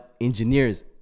engineers